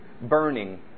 burning